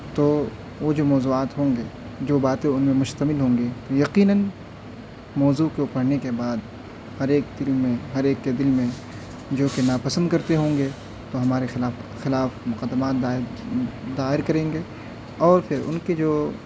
تو وہ جو موضوعات ہوں گے جو باتیں ان میں مشتمل ہوں گی یقیناً موضوع کو پڑھنے کے بعد ہر ایک دل میں ہر ایک کے دل میں جو کہ ناپسند کرتے ہوں گے وہ ہمارے خلاف خلاف مقدمہ دائر دائر کریں گے اور پھر ان کی جو